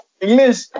English